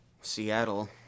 Seattle